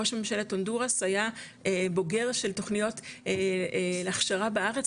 ראש ממשלת הונדורס היה בוגר של תוכניות להכשרה בארץ,